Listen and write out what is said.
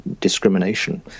discrimination